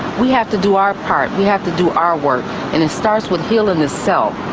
we have to do our part, we have to do our work and it starts with healing the self.